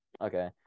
Okay